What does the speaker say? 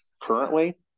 currently